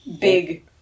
Big